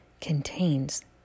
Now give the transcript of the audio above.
contains